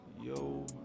yo